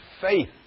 faith